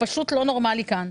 כי זה פשוט לא נורמלי כאן.